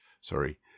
Sorry